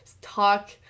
talk